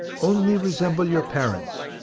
only resemble your parents,